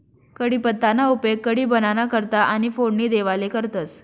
कढीपत्ताना उपेग कढी बाबांना करता आणि फोडणी देवाले करतंस